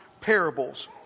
parables